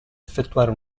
effettuare